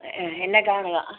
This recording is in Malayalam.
ആ എന്നെ കാണുക